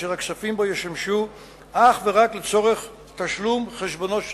אשר הכספים בו ישמשו אך ורק לצורך תשלום החשבונות השוטפים.